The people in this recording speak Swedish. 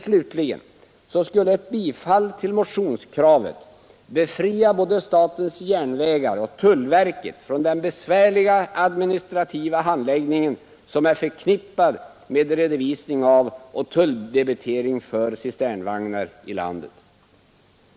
Slutligen skulle ett bifall till motionskravet befria både statens järnvägar och tullverket från den besvärliga administrativa handläggning som är förknippad med redovisning av och tulldebitering för cisternvagnar i landet.